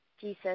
Jesus